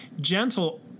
gentle